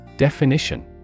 Definition